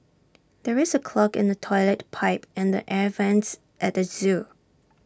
there is A clog in the Toilet Pipe and the air Vents at the Zoo